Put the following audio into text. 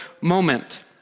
moment